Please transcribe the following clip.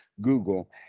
Google